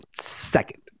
second